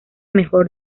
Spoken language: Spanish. mejor